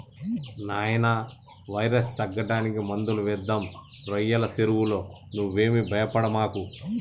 నాయినా వైరస్ తగ్గడానికి మందులు వేద్దాం రోయ్యల సెరువులో నువ్వేమీ భయపడమాకు